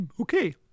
Okay